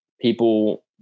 people